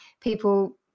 people